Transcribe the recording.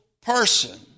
person